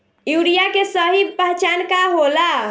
Urea के सही पहचान का होला?